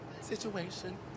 situation